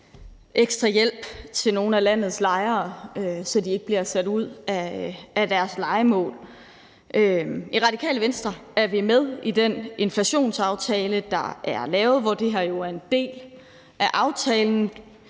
ekstra hjælp til nogle af landets lejere, så de ikke bliver sat ud af deres lejemål. I Radikale Venstre er vi med i den inflationsaftale, der er lavet, hvor det her jo er en del af aftalen,